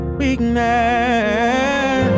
weakness